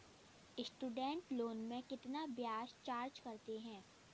Student loan में कितना ब्याज चार्ज करते हैं?